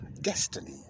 destiny